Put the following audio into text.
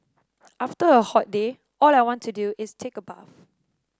after a hot day all I want to do is take a bath